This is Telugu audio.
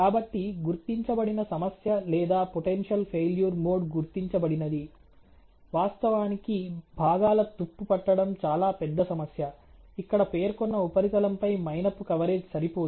కాబట్టి గుర్తించబడిన సమస్య లేదా పొటెన్షియల్ ఫెయిల్యూర్ మోడ్ గుర్తించబడినది వాస్తవానికి భాగాల తుప్పు పట్టడం చాలా పెద్ద సమస్య ఇక్కడ పేర్కొన్న ఉపరితలంపై మైనపు కవరేజ్ సరిపోదు